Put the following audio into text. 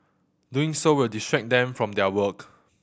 doing so will distract them from their work